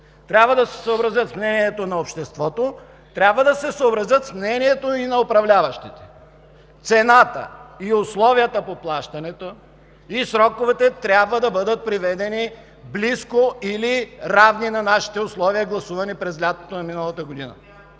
трябва да се съобразят с мнението на обществото, трябва да се съобразят с мнението и на управляващите. Цената и условията по плащането и сроковете трябва да бъдат приведени до близки или равни на нашите условия, гласувани през лятото на миналата година.